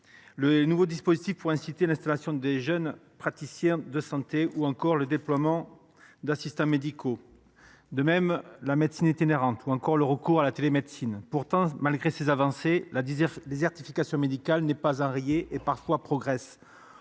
les nouvelles incitations à l’installation de jeunes praticiens de santé, le déploiement d’assistants médicaux, la médecine itinérante ou encore le recours à la télémédecine. Pourtant, malgré ces avancées, la désertification médicale n’est pas enrayée et progresse